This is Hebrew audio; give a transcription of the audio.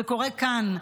זה קורה כאן.